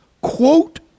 quote